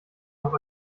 noch